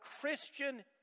christian